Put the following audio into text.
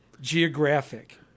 Geographic